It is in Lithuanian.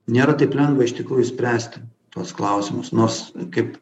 nėra taip lengva iš tikrųjų spręsti tuos klausimus nors kaip